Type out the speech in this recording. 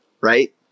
Right